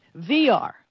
vr